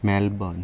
Melbourne